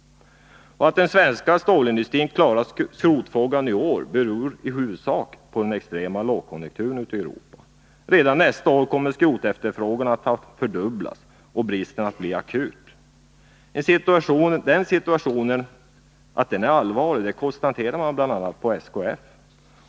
Att den svenska stålindustrin klarat skrotfrågan i år beror i huvudsak på den extrema lågkonjunkturen i Europa. Men redan nästa år kommer skrotefterfrågan att fördubblas och bristen att bli akut. Att situationen är allvarlig konstaterar bl.a. SKF.